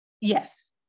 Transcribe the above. Yes